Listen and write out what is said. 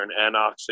anoxic